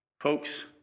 Folks